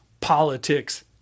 politics